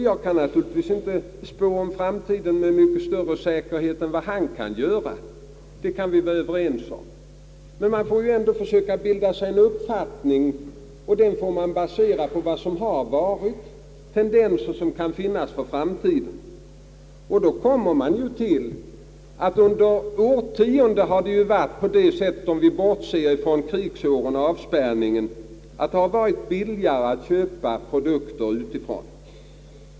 Jag kan givetvis inte spå om framtiden med någon större säkerhet än vad han kan göra — det kan vi vara överens om — men man får ju ändå försöka att bilda sig en uppfattning och den får baseras på vad som har förekommit och på tendenser som kan ge en antydan om framtiden. Om vi bortser från krigsåren och avspärrningen har det ju under årtionden varit billigare att köpa produkter utifrån.